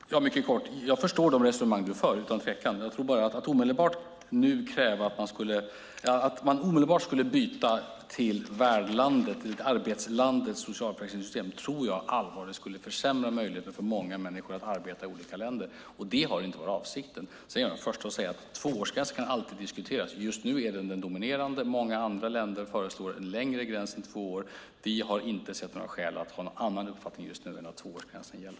Herr talman! Mycket kort vill jag säga att jag förstår de resonemang Jonas Sjöstedt för, utan tvekan. Jag tror bara att om man nu skulle ställa kravet att omedelbart byta till värdlandets, arbetslandets, socialförsäkringssystem skulle det allvarligt försämra möjligheterna för många människor att arbeta i olika länder. Det var inte avsikten. Sedan är jag den förste att säga att tvåårsgränsen alltid kan diskuteras. Just nu är den dominerande. Många andra länder föreslår en längre gräns än två år. Vi har inte sett några skäl att ha en annan uppfattning just nu än att tvåårsgränsen gäller.